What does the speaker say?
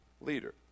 leader